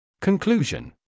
Conclusion